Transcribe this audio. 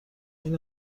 این